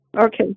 okay